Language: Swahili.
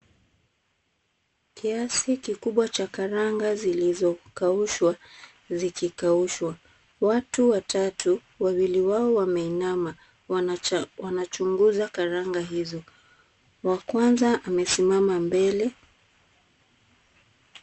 Kiasi kikubwa cha karanga zilizokaushwa zikikaushwa. Watu watatu wawili wao wameinama wanachunguza karanga hizo. Wa kwanza amesimama mbele.